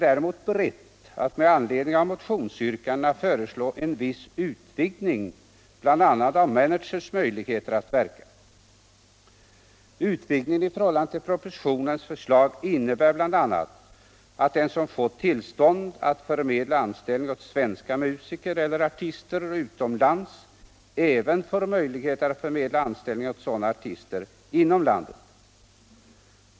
Däremot har utskottet med anledning av motionsyrkandena föreslagit en viss utvidgning av managers möjligheter att verka. Utvidgningen i förhållande till propositionens förslag innebär bl.a. att den som har fått tillstånd att förmedla anställning åt svenska musiker eller artister utomlands även får förmedla anställning åt sådana artister inom landet.